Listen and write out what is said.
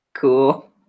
Cool